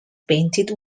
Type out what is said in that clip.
painted